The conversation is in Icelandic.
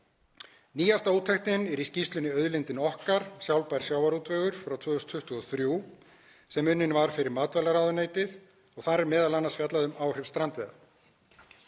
Nýjasta úttektin er í skýrslunni Auðlindin okkar – sjálfbær sjávarútvegur frá 2023, sem unnin var fyrir matvælaráðuneytið, og þar er m.a. fjallað um áhrif strandveiða.